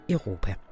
Europa